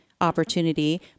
opportunity